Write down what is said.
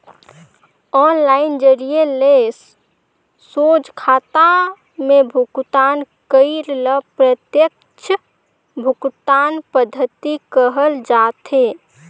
online जरिए ले सोझ खाता में भुगतान करई ल प्रत्यक्छ भुगतान पद्धति कहल जाथे